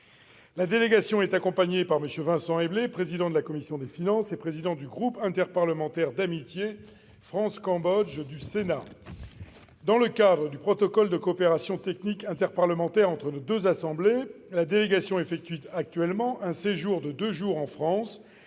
La délégation est accompagnée par M. Vincent Éblé, président de la commission des finances et président du groupe interparlementaire d'amitié France-Cambodge du Sénat. Dans le cadre du protocole de coopération technique interparlementaire entre nos deux assemblées, la délégation effectue actuellement un séjour de deux jours en France